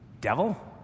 devil